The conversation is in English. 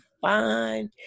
fine